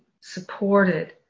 supported